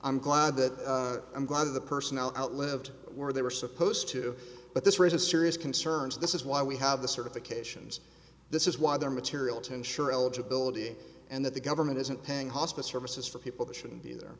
i'm glad that i'm glad the personnel out lived where they were supposed to but this raises serious concerns this is why we have the certifications this is why there material to ensure eligibility and that the government isn't paying hospice services for people who shouldn't be there